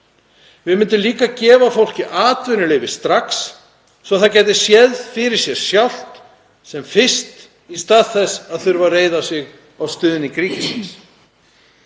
Við myndum líka gefa fólki atvinnuleyfi strax svo það gæti séð fyrir sér sjálft sem fyrst í stað þess að þurfa að reiða sig á stuðning ríkisins.